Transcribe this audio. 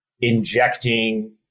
injecting